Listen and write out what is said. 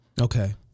Okay